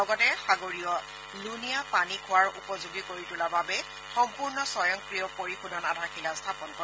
লগতে সাগৰীয়া লুণীয়া পানী খোৱাৰ উপযোগী কৰি তোলাৰ বাবে সম্পূৰ্ণ স্বয়ংক্ৰিয় পৰিশোধন আধাৰশিলা স্থাপন কৰে